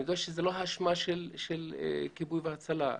אני יודע שזאת לא אשמת כיבוי והצלה,